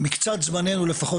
שמקצת זממנו לפחות,